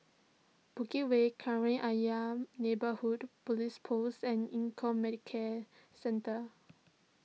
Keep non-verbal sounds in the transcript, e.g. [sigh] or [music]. Bukit Way [unintelligible] Ayer Neighbourhood Police Post and Econ Medicare Centre